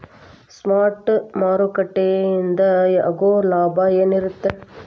Spot ಮಾರುಕಟ್ಟೆಯಿಂದ ಆಗೋ ಲಾಭ ಏನಿರತ್ತ?